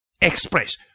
Express